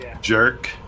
jerk